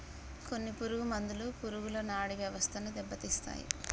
కొన్ని పురుగు మందులు పురుగుల నాడీ వ్యవస్థను దెబ్బతీస్తాయి